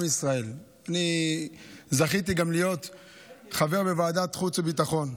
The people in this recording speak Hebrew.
עם ישראל, זכיתי גם להיות חבר בוועדת חוץ וביטחון,